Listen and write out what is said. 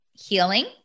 Healing